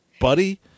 buddy